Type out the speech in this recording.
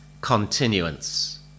continuance